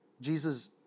Jesus